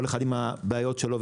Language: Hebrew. כל אחד עם הבעיות שלו,